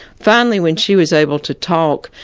finally when she was able to talk,